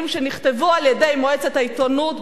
שנכתבו על-ידי מועצת העיתונות בחקיקה.